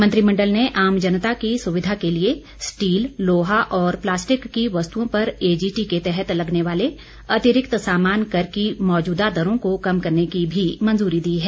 मंत्रिमंडल ने आम जनता की सुविधा के लिए स्टील लोहा और प्लास्टिक की वस्तुओं पर ए जीटी के तहत लगने वाले अतिरिक्त सामान कर की मौजूदा दरों को कम करने की भी मंजूरी दी है